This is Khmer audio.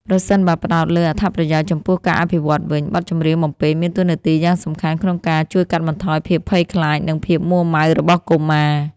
ប្រសិនបើផ្ដោតលើអត្ថប្រយោជន៍ចំពោះការអភិវឌ្ឍវិញ បទចម្រៀងបំពេមានតួនាទីយ៉ាងសំខាន់ក្នុងការជួយកាត់បន្ថយភាពភ័យខ្លាច និងភាពមួរម៉ៅរបស់កុមារ។